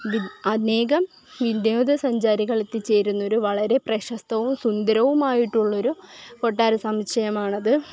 big അനേകം വിനോദസഞ്ചാരികൾ എത്തിച്ചേരുന്നൊരു വളരെ പ്രശസ്തവും സുന്ദരവുമായിട്ടുള്ളൊരു കൊട്ടാര സമുച്ചയമാണത്